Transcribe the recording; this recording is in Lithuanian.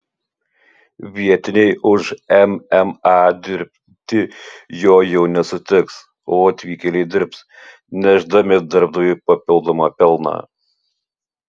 vietiniai už mma dirbti jo jau nesutiks o atvykėliai dirbs nešdami darbdaviui papildomą pelną